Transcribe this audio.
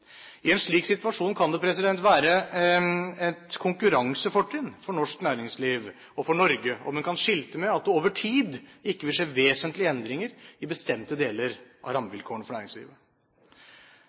I en slik situasjon kan det være et konkurransefortrinn for norsk næringsliv og for Norge om en kan skilte med at det over tid ikke vil skje vesentlige endringer i bestemte deler av